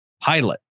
pilot